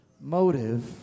Motive